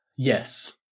Yes